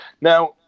Now